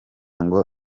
ngo